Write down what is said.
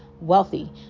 wealthy